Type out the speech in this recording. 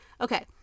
Okay